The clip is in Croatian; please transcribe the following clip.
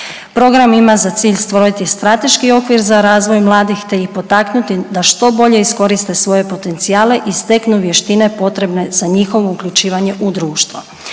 Program ima za cilj stvoriti strateški okvir za razvoj mladih, te ih potaknuti da što bolje iskoriste svoje potencijale i steknu vještine potrebne za njihovo uključivanje u društvo.